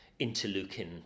interleukin